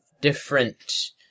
different